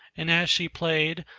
and as she played,